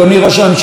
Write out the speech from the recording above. אני מבקשת לסיים.